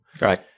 Right